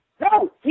No